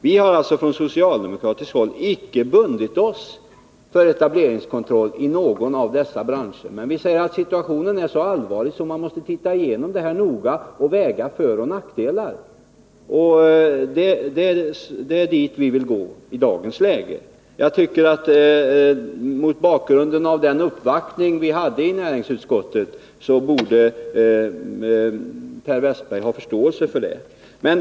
Vi har från socialdemokratiskt håll icke bundit oss för etableringskontroll i någon av dessa branscher, men vi säger att situationen är så allvarlig att man måste se igenom förhållandena noga och väga föroch nackdelar mot varandra. Det är så vi vill gå fram i dagens läge, och jag tycker mot bakgrund av den uppvaktning som skett i näringsutskottet att Per Westerberg borde ha förståelse för detta.